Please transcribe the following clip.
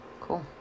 cool